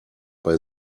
bei